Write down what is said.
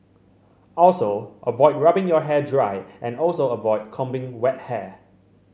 also avoid rubbing your hair dry and also avoid combing wet hair